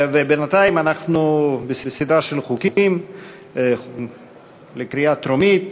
ובינתיים אנחנו בסדרה של חוקים לקריאה טרומית.